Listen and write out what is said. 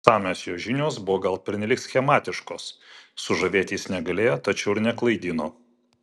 išsamios jo žinios buvo gal pernelyg schematiškos sužavėti jis negalėjo tačiau ir neklaidino